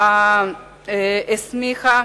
הסמיכה